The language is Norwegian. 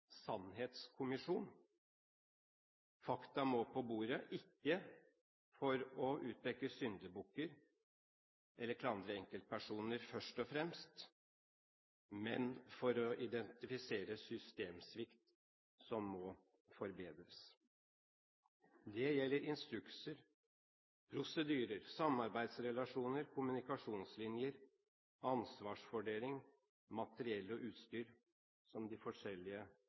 sannhetskommisjon. Fakta må på bordet – ikke for å utpeke syndebukker eller klandre enkeltpersoner først og fremst, men for å identifisere systemsvikt som må forbedres. Det gjelder instrukser, prosedyrer, samarbeidsrelasjoner, kommunikasjonslinjer, ansvarsfordeling, materiell og utstyr som de forskjellige